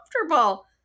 comfortable